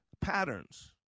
patterns